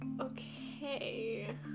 Okay